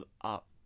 up